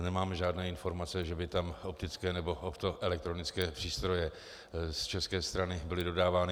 Nemám žádné informace, že by tam optické nebo optoelektronické přístroje z české strany byly dodávány.